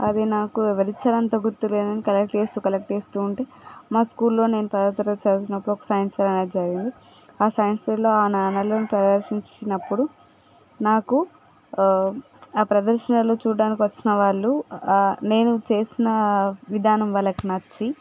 అది నాకు ఎవరిచ్చారంత గుర్తులేదు కలెక్ట్ చేస్తూ కలెక్ట్ చేస్తూ ఉంటే మా స్కూల్లో నేను పదో తరగతి చదువుతున్నప్పుడు ఒక సైన్స్ ఫెయిర్ అనేది జరిగింది ఆ సైన్స్ ఫెయిర్లో ఆ నాణాలును ప్రదర్శించినప్పుడు నాకు ఆ ప్రదర్శన చూడటానికి వచ్చిన వాళ్ళు నేను చేసిన విధానం వాళ్ళకి నచ్చి